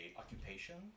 occupation